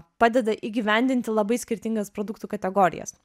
padeda įgyvendinti labai skirtingas produktų kategorijas